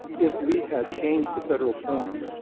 if we had changed the federal form,